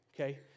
okay